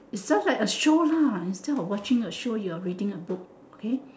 is just like a show lah instead of watching a show you are reading a book okay